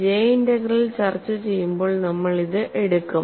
J integral ചർച്ചചെയ്യുമ്പോൾ നമ്മൾ ഇത് എടുക്കും